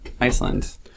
Iceland